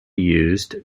used